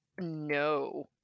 No